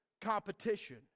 competition